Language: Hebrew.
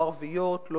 לא ערביות,